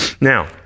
Now